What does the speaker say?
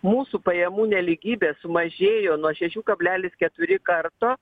mūsų pajamų nelygybė sumažėjo nuo šešių kablelis keturi karto